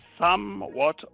somewhat